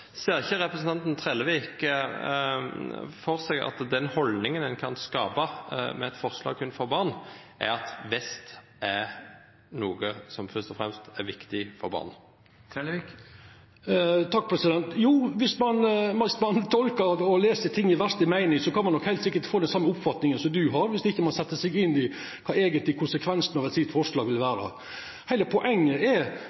Ser ikke representanten Trellevik for seg at den holdningen en kan skape med et forslag kun for barn, er at vest er noe som først og fremst er viktig for barn? Jo, viss ein tolkar og les ting i verste meining, kan ein nok heilt sikkert få den same oppfatninga som representanten har – viss ikkje ein set seg inn i kva konsekvensane av eit slikt forslag eigentleg vil vera. Heile poenget er